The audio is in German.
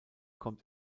kommt